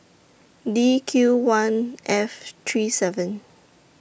D Q one F three seven